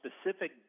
specific